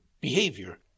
behavior